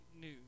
news